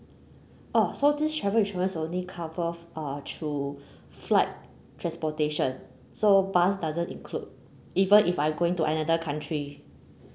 orh so this travel insurance only cover uh through flight transportation so bus doesn't include even if I going to another country